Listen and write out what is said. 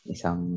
Isang